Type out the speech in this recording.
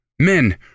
Men